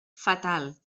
fatal